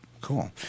cool